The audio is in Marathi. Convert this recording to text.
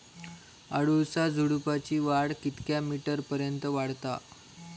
अडुळसा झुडूपाची वाढ कितक्या मीटर पर्यंत वाढता?